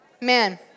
Man